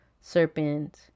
serpent